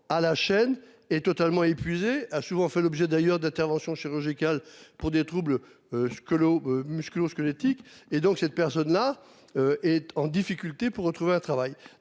à la chaîne et totalement épuisé a souvent fait l'objet d'ailleurs d'interventions chirurgicales pour des troubles. Ce que l'eau musculo-squelettiques et donc cette personne-là. Est en difficulté pour retrouver un travail.